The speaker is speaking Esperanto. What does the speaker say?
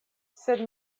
sed